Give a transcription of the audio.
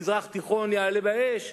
המזרח התיכון יעלה באש.